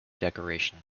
decoration